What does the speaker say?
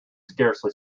scarcely